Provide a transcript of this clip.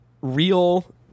real